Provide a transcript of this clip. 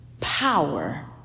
power